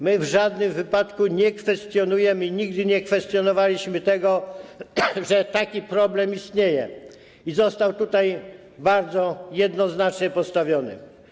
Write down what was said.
My w żadnym wypadku nie kwestionujemy i nigdy nie kwestionowaliśmy tego, że taki problem istnieje, i został tutaj bardzo jednoznacznie postawiony.